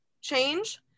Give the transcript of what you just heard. change